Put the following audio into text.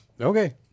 Okay